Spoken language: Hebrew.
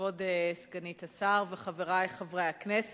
תודה רבה לך, כבוד סגנית השר וחברי חברי הכנסת,